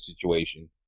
situation